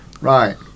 Right